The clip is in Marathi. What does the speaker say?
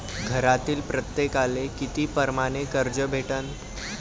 घरातील प्रत्येकाले किती परमाने कर्ज भेटन?